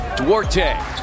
Duarte